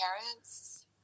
parents